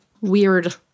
weird